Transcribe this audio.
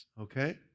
okay